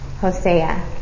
Hosea